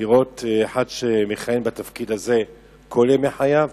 לראות אחד שמכהן בתפקיד הזה כל ימי חייו